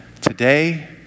today